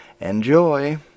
Enjoy